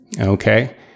okay